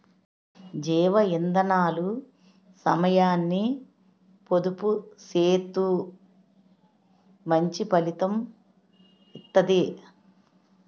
జీవ ఇందనాలు సమయాన్ని పొదుపు సేత్తూ మంచి ఫలితం ఇత్తది